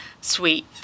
sweet